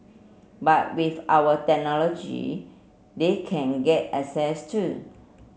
but with our technology they can get access to